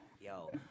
Yo